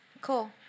Cool